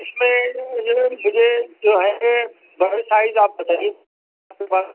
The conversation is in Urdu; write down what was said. اس میں مجھے جو ہے بڑے سائز آپ بتائیے آپ کے پاس